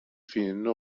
fehlende